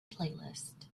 playlist